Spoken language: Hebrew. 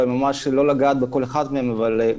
לומר משהו יותר כללי.